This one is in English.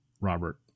Robert